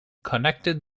connected